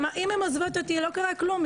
אם הם עוזבות אותי לא קרה כלום,